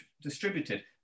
distributed